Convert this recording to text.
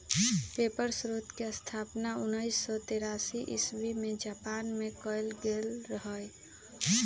paper स्रोतके स्थापना उनइस सौ तेरासी इस्बी में जापान मे कएल गेल रहइ